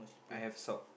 I have sock